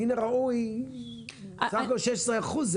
מן הראוי בסך הכל 16 אחוז,